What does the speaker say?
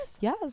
Yes